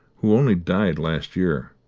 who only died last year,